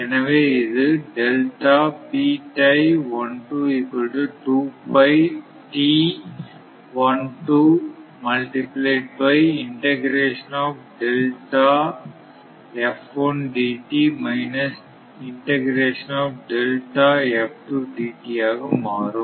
எனவே இது ஆக மாறும்